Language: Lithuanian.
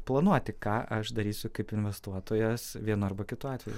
planuoti ką aš darysiu kaip investuotojas vienu arba kitu atveju